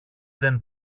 δεν